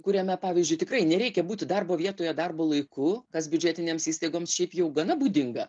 kuriame pavyzdžiui tikrai nereikia būti darbo vietoje darbo laiku kas biudžetinėms įstaigoms šiaip jau gana būdinga